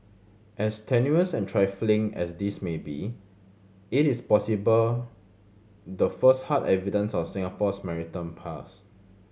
as tenuous and trifling as this may be it is possible the first hard evidence of Singapore's maritime past